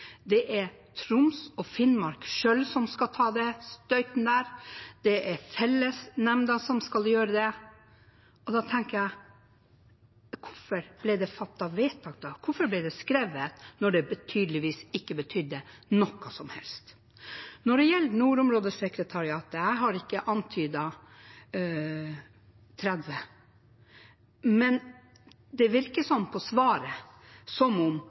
Troms og Finnmark skal selv ta støyten der, fellesnemnda skal gjøre det. Da tenker jeg: Hvorfor ble det da fattet vedtak? Hvorfor ble det skrevet når det tydeligvis ikke betyr noe som helst? Når det gjelder nordområdesekretariatet, har jeg ikke antydet 30. Men det virker av svaret som om